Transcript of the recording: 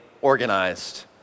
organized